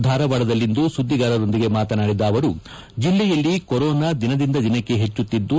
ಧಾರವಾಡದಲ್ಲಿಂದು ಸುದ್ದಿಗಾರರೊಂದಿಗೆ ಮಾತನಾಡಿದ ಅವರು ಜೆಲ್ಲೆಯಲ್ಲಿ ಕೊರೊನಾ ದಿನದಿಂದ ದಿನಕ್ಕೆ ಹೆಚ್ಚುತ್ತಿದ್ದು